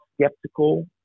skeptical